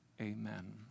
Amen